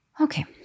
Okay